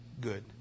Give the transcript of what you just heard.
good